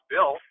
Bill